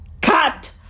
Cut